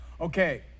Okay